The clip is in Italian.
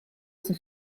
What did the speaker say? sua